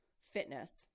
fitness